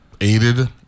aided